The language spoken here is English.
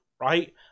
right